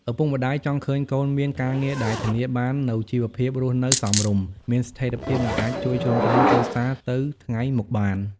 ឪពុកម្ដាយចង់ឃើញកូនមាន ការងារដែលធានាបាននូវជីវភាពរស់នៅសមរម្យ មានស្ថិរភាព និងអាចជួយជ្រោមជ្រែងគ្រួសារទៅថ្ងៃមុខបាន។